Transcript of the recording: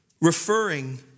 referring